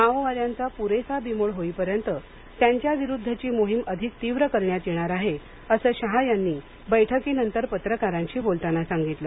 माओवाद्यांचा पुरेसा बिमोड होईपर्यंत त्यांच्याविरुद्धची मोहीम अधिक तीव्र करण्यात येणार आहे असं शहा यांनी बैठकीनंतर पत्रकारांशी बोलताना सांगितलं